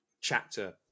chapter